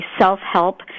self-help